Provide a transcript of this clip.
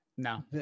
no